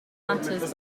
matters